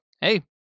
hey